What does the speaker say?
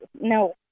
no